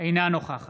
אינה נוכחת